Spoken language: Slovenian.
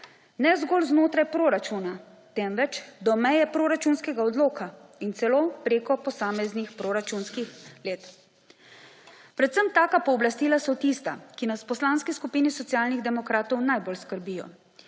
ne zgolj znotraj proračuna, temveč do meje proračunskega odloka in celo prek posameznih proračunskih let. Predvsem taka pooblastila so tista, ki nas v Poslanski skupini Socialnih demokratov najbolj skrbijo.